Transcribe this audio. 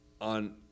on